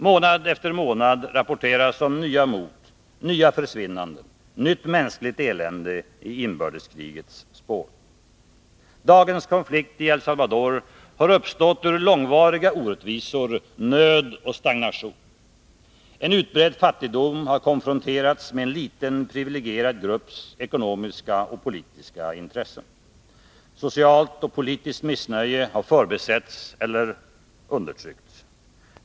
Månad efter månad rapporteras om nya mord, nya försvinnanden, nytt mänskligt elände i inbördeskrigets spår. Dagens konflikt i El Salvador har uppstått ur långvariga orättvisor, nöd och stagnation. En utbredd fattigdom har konfronterats med en liten privilegierad grupps ekonomiska och politiska intressen. Socialt och politiskt missnöje har förbisetts eller undertryckts.